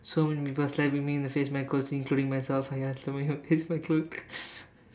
so many people slapping me in the face myself including myself I got someone who my clothes